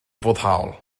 foddhaol